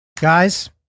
Guys